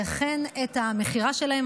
וכן את המכירה שלהן,